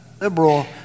liberal